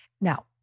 Now